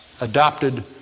adopted